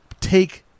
take